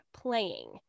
playing